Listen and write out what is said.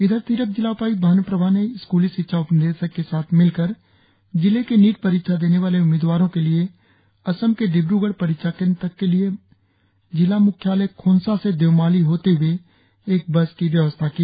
इधर तिरप जिला उपायुक्त भानु प्रभा ने स्कूली शिक्षा उपनिदेशक के साथ मिलकर जिले के नीट परीक्षा देने वाले उम्मीदवारों के लिए असम के डिब्रगढ़ परीक्षा केंद्र तक के लिए जिला मुख्यालय खोनसा से देओमाली होते हुए एक बस की व्यवस्था की